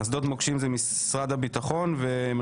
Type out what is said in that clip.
אנחנו